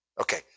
Okay